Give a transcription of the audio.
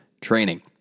training